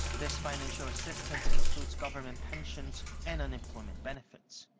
this financial assistance includes government pensions and unemployment benefits.